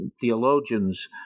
theologians